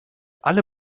alle